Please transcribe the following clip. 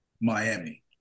Miami